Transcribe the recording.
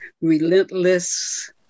relentless